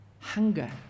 Hunger